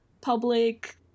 public